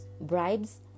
bribes